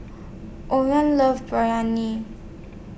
Orris loves Biryani